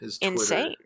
insane